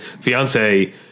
fiance